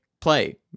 play